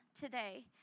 today